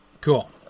Cool